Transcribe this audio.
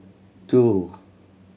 two